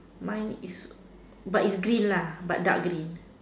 mine is but it's green lah but dark green